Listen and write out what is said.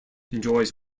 enjoys